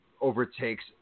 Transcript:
overtakes